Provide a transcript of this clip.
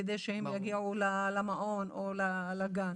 כדי שהם יגיעו למעון או לגן.